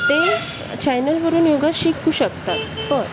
ते चॅनलवरून योग शिकू शकतात पण